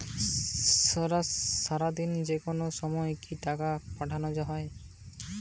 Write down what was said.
সারাদিনে যেকোনো সময় কি টাকা পাঠানো য়ায়?